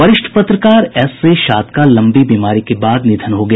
वरिष्ठ पत्रकार S A Shad का लंबी बीमारी के बाद निधन हो गया